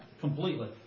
completely